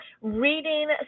Reading